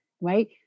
right